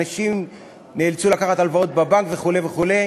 אנשים נאלצו לקחת הלוואות בבנק וכו' וכו'.